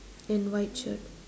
and white shirt